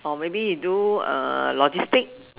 or maybe you do uh logistic